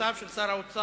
בסמכויותיו של שר האוצר.